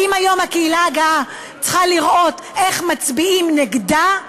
האם היום הקהילה הגאה צריכה לראות איך מצביעים נגדה,